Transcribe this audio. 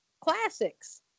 classics